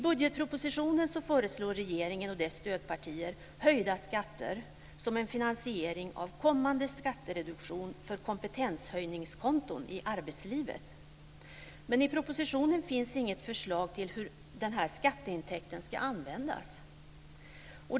I budgetpropositionen föreslår regeringen och dess stödpartier höjda skatter som en finansiering av kommande skattereduktion för kompetenshöjningskonton i arbetslivet. Men i propositionen finns inget förslag till hur den här skatteintäkten ska användas.